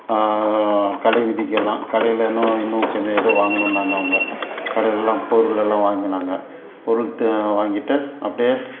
கடைவீதிக்கு எல்லாம் கடையில் இன்னும் இன்னும் கொஞ்சம் ஏதோ வாங்கணும்னாங்க அவங்க கடையிலலாம் பொருளெல்லாம் வாங்கினாங்க பொருள் தேவையானதை வாங்கிட்டு அப்டியே